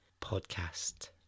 podcast